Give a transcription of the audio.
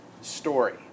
story